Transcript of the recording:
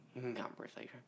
conversation